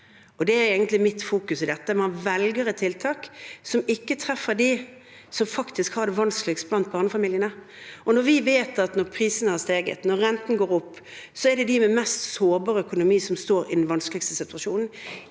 Det er egentlig mitt fokus i dette. Man velger et tiltak som ikke treffer dem som faktisk har det vanskeligst blant barnefamiliene. Vi vet at når prisene har steget, og når renten går opp, så er det de med mest sårbar økonomi som står i den vanskeligste situasjonen.